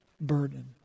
burden